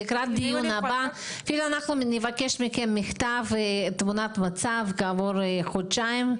לקראת הדיון הבא אנחנו נבקש מכם מכתב תמונת מצב כעבור חודשיים,